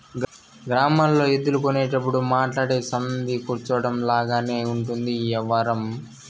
గ్రామాల్లో ఎద్దులు కొనేటప్పుడు మాట్లాడి సంధి కుదర్చడం లాగానే ఉంటది ఈ యవ్వారం